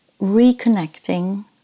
reconnecting